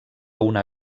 una